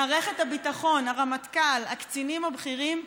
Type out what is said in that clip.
מערכת הביטחון, הרמטכ"ל, הקצינים הבכירים,